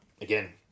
again